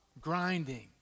grinding